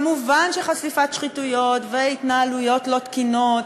מובן שחשיפת שחיתויות והתנהלויות לא תקינות,